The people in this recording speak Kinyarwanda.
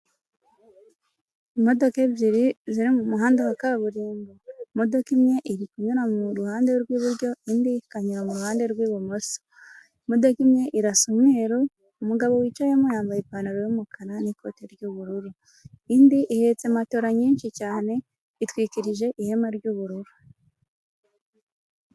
Imodoka ebyiri ziri mu muhanda wa kaburimbo. Imodoka imwe irikunyura mu ruhande rw'iburyo indi ikanyura mu ruhande rw'ibumoso, imodoka imwe irasa umweru, umugabo wicayemo yambaye ipantaro y'umukara n'ikote ry'ubururu, indi ihetse matora nyinshi cyane, itwikirije ihema ry'ubururu.